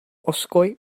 osgoi